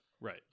right